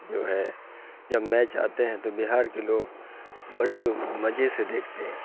جو ہے جب میچ آتے ہیں تو بہار کے لوگ بڑے مزے سے دیکھتے ہیں